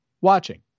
Watching